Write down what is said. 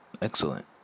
Excellent